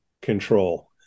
control